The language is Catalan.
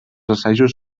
assajos